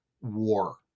War